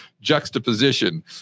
juxtaposition